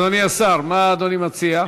אדוני השר, מה אדוני מציע?